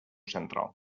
central